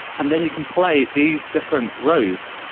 and then you can play these different rows.